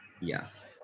yes